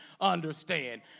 understand